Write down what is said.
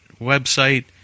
website